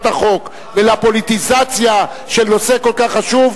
החוק ולפוליטיזציה של נושא כל כך חשוב,